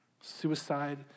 suicide